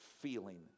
feeling